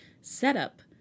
setup